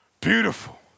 beautiful